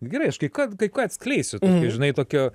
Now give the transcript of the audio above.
gerai aš kai ką kai ką atskleisiutokį žinai tokio